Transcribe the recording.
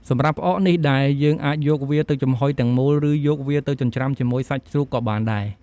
សម្រាប់ផ្អកនេះដែរ យើងអាចយកវាទៅចំហុយទាំងមូល ឬ យកវាទៅចិញ្ច្រាំជាមួយសាច់ជ្រូកក៏បានដែរ។